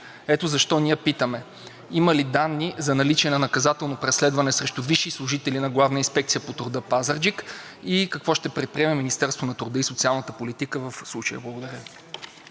Ето защо ние питаме: има ли данни за наличие на наказателно преследване срещу висши служители на „Главна инспекция по труда“ – Пазарджик, и какво ще предприеме Министерството на труда и социалната политика в случая? Благодаря Ви.